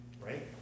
right